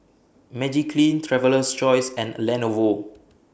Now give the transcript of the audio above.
Magiclean Traveler's Choice and Lenovo